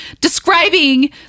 describing